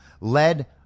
led